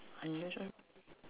unusual